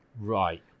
Right